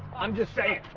i'm just saying.